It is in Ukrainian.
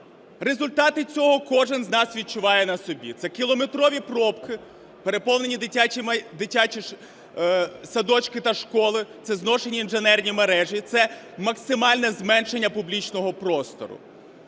Результати цього кожен з нас відчуває на собі: це кілометрові пробки, переповнені дитячі садочки та школи, це зношені інженерні мережі, це максимальне зменшення публічного простору.